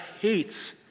hates